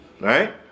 Right